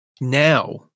Now